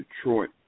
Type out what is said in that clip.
Detroit